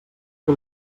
que